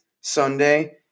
Sunday